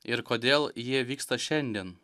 ir kodėl jie vyksta šiandien